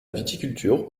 viticulture